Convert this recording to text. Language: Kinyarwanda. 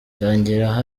yongeraho